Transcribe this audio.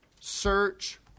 search